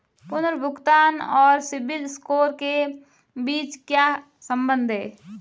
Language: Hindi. पुनर्भुगतान और सिबिल स्कोर के बीच क्या संबंध है?